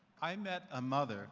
i met a mother